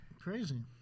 Crazy